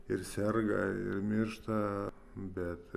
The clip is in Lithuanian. ir serga ir miršta bet